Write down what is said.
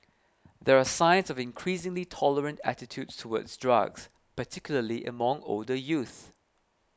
there are signs of increasingly tolerant attitudes towards drugs particularly among older youth